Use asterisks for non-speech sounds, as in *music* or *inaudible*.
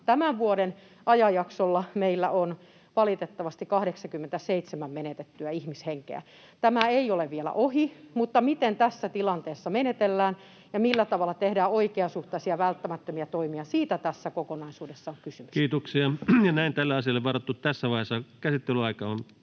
tämän vuoden samalla ajanjaksolla, meillä on valitettavasti 87 menetettyä ihmishenkeä. *noise* Tämä ei ole vielä ohi, mutta miten tässä tilanteessa menetellään ja millä tavalla tehdään oikeasuhtaisia välttämättömiä toimia, siitä tässä kokonaisuudessa on kysymys. [Speech 68] Speaker: Ano Turtiainen Party: vkk